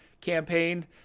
campaign